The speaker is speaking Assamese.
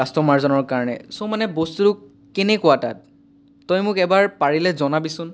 কাষ্টমাৰজনৰ কাৰণে ছ' মানে বস্তুটো কেনেকুৱা তাত তই মোক এবাৰ পাৰিলে জনাবিচোন